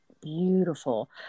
beautiful